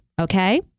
okay